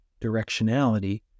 directionality